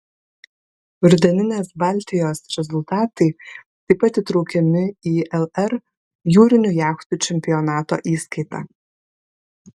rudeninės baltijos rezultatai taip pat įtraukiami į lr jūrinių jachtų čempionato įskaitą